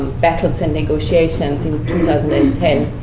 battles and negotiations in two thousand and ten,